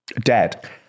dead